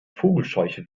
vogelscheuche